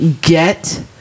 Get